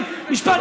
שיקרתם להם,